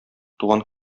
туган